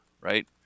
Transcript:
Right